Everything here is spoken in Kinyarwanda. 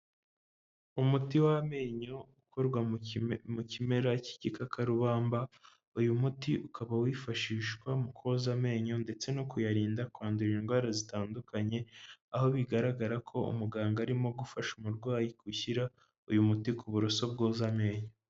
Umuti w'amenyo uko mu kimera cy'igikakarubamba, uyu muti ukaba wifashishwa mu koza amenyo ndetse no kuyarinda kwandura indwara zitandukanye, aho bigaragara ko umuganga arimo gufasha umurwayi gushyira uyu muti ku buroso bwoza amenyo.